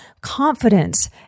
confidence